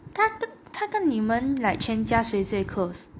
它它跟你们 like 全家谁最 close